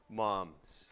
moms